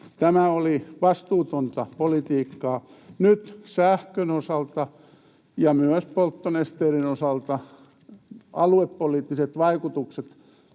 Tämä oli vastuutonta politiikkaa. Nyt sähkön osalta ja myös polttonesteiden osalta aluepoliittiset vaikutukset